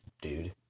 dude